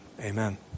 Amen